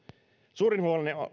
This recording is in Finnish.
suurin huoleni